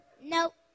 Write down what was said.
Nope